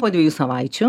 po dviejų savaičių